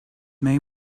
may